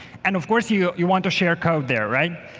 and of course, you you want to share code there, right?